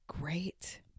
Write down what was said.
great